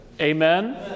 Amen